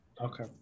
Okay